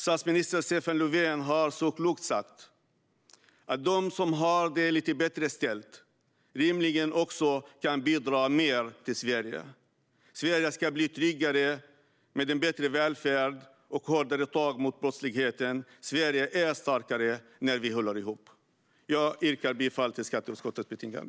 Statsminister Stefan Löfven har klokt sagt att de som har det lite bättre ställt rimligen också kan bidra mer till Sverige. Sverige ska bli tryggare, med en bättre välfärd och hårdare tag mot brottsligheten. Sverige är starkare när vi håller ihop. Jag yrkar bifall till skatteutskottets förslag.